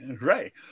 right